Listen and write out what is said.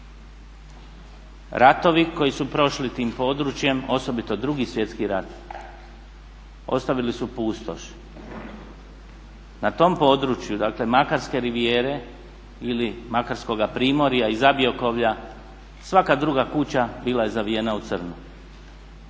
Ratovi koji su prošli tim područjem, osobito Drugi svjetski rat, ostavili su pustoš. Na tom području Makarske rivijere ili Makarskoga primorja i Zabiokovlja svaka druga kuća bila je zavijena u crno.